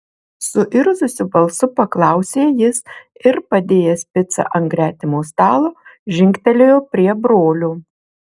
suirzusiu balsu paklausė jis ir padėjęs picą ant gretimo stalo žingtelėjo prie brolio